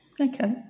Okay